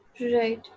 Right